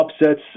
upsets